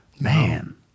Man